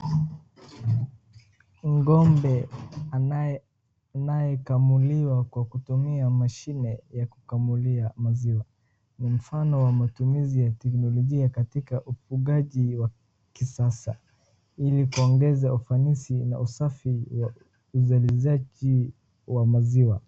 Ngo'mbe anaye anayekamuliwa kwa kutumia mashine ya kukamulia maziwa. Ni mfano wa matumizi ya teknolojia katika ufugaji wa kisasa ili kuongeza ufanisi na usafi wa uzalizaji wa maziwa.